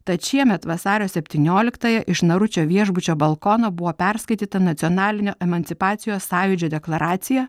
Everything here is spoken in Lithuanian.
tad šiemet vasario septynioliktąją iš naručio viešbučio balkono buvo perskaityta nacionalinio emancipacijos sąjūdžio deklaracija